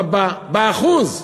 אבל באחוז,